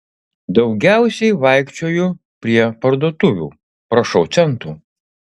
daugiausiai vaikščioju prie parduotuvių prašau centų